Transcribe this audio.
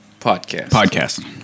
podcast